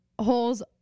Holes